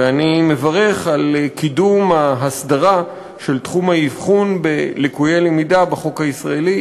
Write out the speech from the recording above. ואני מברך על קידום ההסדרה של תחום האבחון בלקויי למידה בחוק הישראלי.